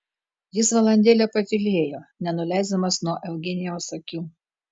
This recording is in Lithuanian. jis valandėlę patylėjo nenuleisdamas nuo eugenijaus akių